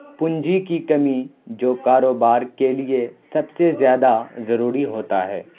پونجی کی کمی جو کاروبار کے لیے سب سے زیادہ ضروری ہوتا ہے